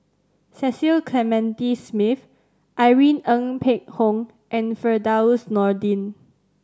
Cecil Clementi Smith Irene Ng Phek Hoong and Firdaus Nordin